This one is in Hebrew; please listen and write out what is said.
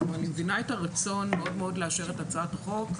אני מבינה את הרצון מאוד לאשר את הצעת החוק,